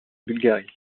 bulgarie